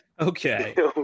Okay